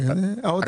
היא - האוצר,